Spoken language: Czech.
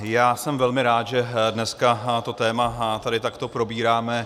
Já jsem velmi rád, že dneska to téma tady takto probíráme.